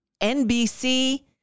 NBC